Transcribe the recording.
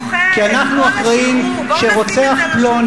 זה דוחה את כל השחרור, בואו נשים את זה על השולחן.